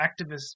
activist